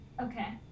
Okay